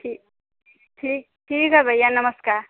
ठी ठीक ठीक है भैया नमस्कार